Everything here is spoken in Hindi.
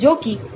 तो Kx KH है